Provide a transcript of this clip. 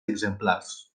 exemplars